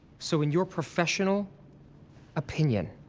so in your professional opinion,